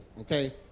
okay